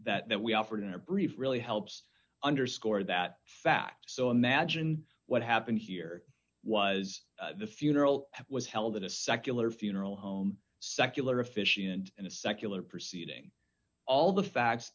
that we offered in our brief really helps underscore that fact so imagine what happened here was the funeral was held in a secular funeral home secular officiant in a secular proceeding all the facts